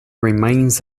remains